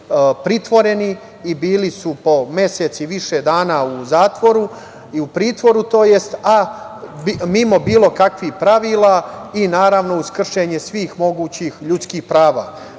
pritvoreno i bili su po mesec i više dana u zatvoru i u pritvoru, a mimo bilo kakvih pravila i, naravno, uz kršenje svih mogućih ljudskih prava. Na